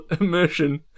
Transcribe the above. immersion